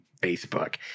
Facebook